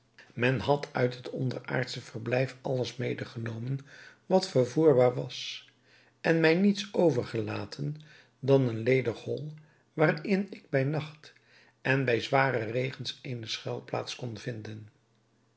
men had uit het onderaardsche verblijf alles mede genomen wat vervoerbaar was en mij niets overgelaten dan een ledig hol waarin ik bij nacht en bij zware regens eene schuilplaats kon vinden